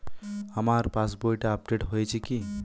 আমার পাশবইটা আপডেট হয়েছে কি?